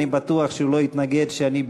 אני בטוח שהוא לא יתנגד שאני,